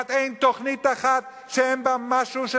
כמעט אין תוכנית אחת שאין בה משהו של